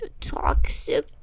toxic